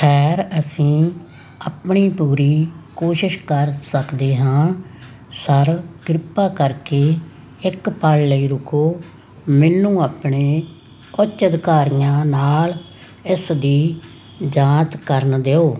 ਖੈਰ ਅਸੀਂ ਆਪਣੀ ਪੂਰੀ ਕੋਸ਼ਿਸ਼ ਕਰ ਸਕਦੇ ਹਾਂ ਸਰ ਕਿਰਪਾ ਕਰਕੇ ਇੱਕ ਪਲ ਲਈ ਰੁਕੋ ਮੈਨੂੰ ਆਪਣੇ ਉੱਚ ਅਧਿਕਾਰੀਆਂ ਨਾਲ ਇਸ ਦੀ ਜਾਂਚ ਕਰਨ ਦਿਓ